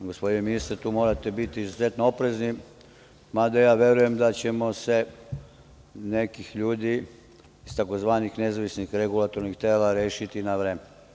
Gospodine ministre, tu morate biti izuzetno oprezni, mada ja verujem da ćemo se nekih ljudi, iz takozvanih nezavisnih regulatornih tela, rešiti na vreme.